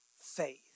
faith